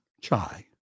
chai